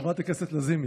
חברת הכנסת לזימי,